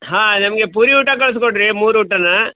ಹಾಂ ನಮಗೆ ಪೂರಿ ಊಟ ಕಳಿಸ್ಕೊಡ್ರಿ ಮೂರು ಊಟನಾ